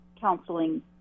counseling